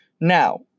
Now